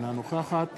אינה נוכחת